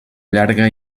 llarga